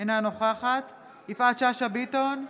אינה נוכחת יפעת שאשא ביטון,